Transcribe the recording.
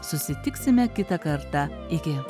susitiksime kitą kartą iki